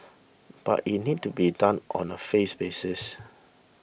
but it needs to be done on a phase basis